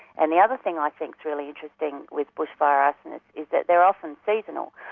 and the other thing i think is really interesting with bushfire arsonists, is that they're often seasonal.